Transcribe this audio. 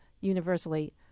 universally